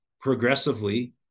progressively